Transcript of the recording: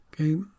Okay